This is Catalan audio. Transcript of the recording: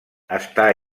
està